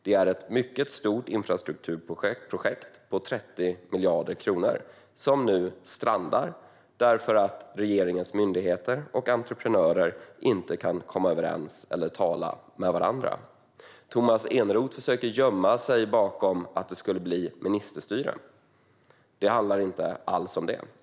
Detta är ett mycket stort infrastrukturprojekt på 30 miljarder kronor som nu strandar därför att regeringens myndigheter och entreprenörer inte kan komma överens eller tala med varandra. Tomas Eneroth försöker att gömma sig bakom att det skulle bli ministerstyre, men det handlar inte alls om det.